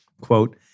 quote